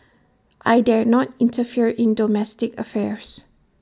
I dare not interfere in domestic affairs